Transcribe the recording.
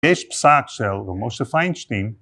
יש בסקס שלנו, משהו פיינדשטיין.